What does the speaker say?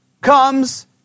comes